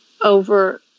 over